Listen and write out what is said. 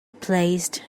placed